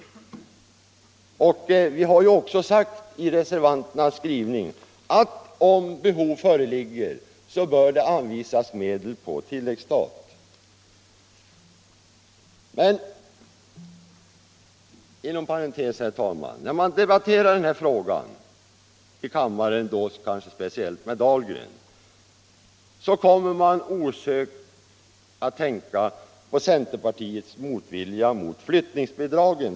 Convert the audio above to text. Reservanterna har för sin del sagt, att om behov föreligger bör medel anvisas på tilläggsstat. Låt mig inom parentes säga att jag vid en debatt i den här frågan, speciellt med herr Dahlgren, osökt kommer att tänka på centerns motvilja mot flyttningsbidragen.